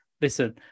Listen